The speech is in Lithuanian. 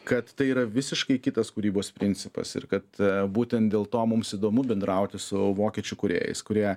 kad tai yra visiškai kitas kūrybos principas ir kad būtent dėl to mums įdomu bendrauti su vokiečių kūrėjais kurie